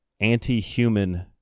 anti-human